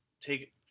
take